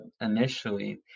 initially